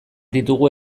ditugu